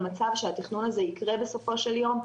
מצב שהתכנון הזה יקרה בסופו של יום,